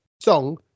song